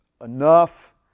enough